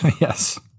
Yes